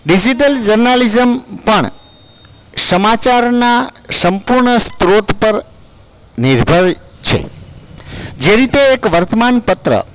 digital journalism પણ સમાચારના સંપૂર્ણ સ્ત્રોત પર નિર્ભર છે જે રીતે એક વર્તમાનપત્ર